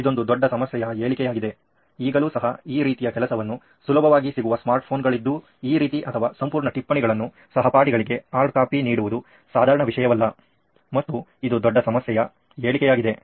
ಇದೊಂದು ದೊಡ್ಡ ಸಮಸ್ಯೆಯ ಹೇಳಿಕೆಯಾಗಿದೆ ಈಗಲೂ ಸಹ ಈ ರೀತಿಯ ಕೆಲಸವನ್ನು ಸುಲಭವಾಗಿ ಸಿಗುವ ಸ್ಮಾರ್ಟ್ ಫೋನ್ ಗಳಿದ್ದು ಈ ರೀತಿ ಅಥವಾ ಸಂಪೂರ್ಣ ಟಿಪ್ಪಣಿಗಳನ್ನು ಸಹಪಾಠಿಗೆ ಹಾರ್ಡ್ ಕಾಪಿ ನೀಡುವುದು ಸಾಧಾರಣ ವಿಷಯವಲ್ಲ ಮತ್ತು ಇದು ದೊಡ್ಡ ಸಮಸ್ಯೆಯ ಹೇಳಿಕೆಯಾಗಿದೆ